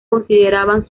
consideraban